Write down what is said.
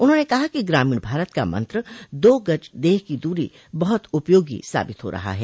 उन्होंने कहा कि ग्रामीण भारत का मंत्र दो गज देह की दूरी बहुत उपयोगी साबित हो रहा है